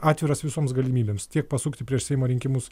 atviras visoms galimybėms tiek pasukti prieš seimo rinkimus